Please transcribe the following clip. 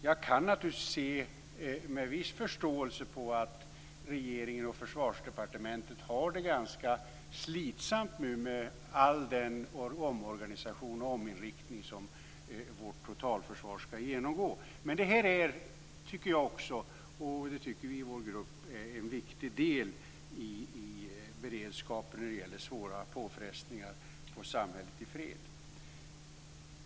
Jag kan naturligtvis se med viss förståelse på att regeringen och Försvarsdepartementet har det ganska slitsamt nu med all den omorganisation och ominriktning som vårt totalförsvar skall genomgå, men det här är, tycker jag och vi i vår grupp, en viktig del av beredskapen mot svåra påfrestningar på samhället i fred.